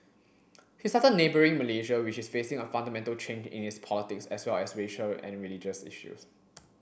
he cited neighbouring Malaysia which is facing a fundamental change in its politics as well as racial and religious issues